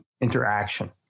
interaction